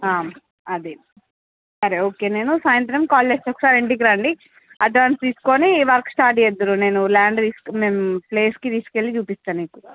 అదే సరే ఓకే నేను సాయంత్రం కాల్ చేస్తాను ఒకసారి ఇంటికి రండి అడ్వాన్స్ తీసుకుని వర్క్ స్టార్ట్ చేద్దురుగాని నేను ల్యాండ్ తీసుకున్న మేము ప్లేస్కి తీసుకెళ్ళి చూపిస్తాను నీకు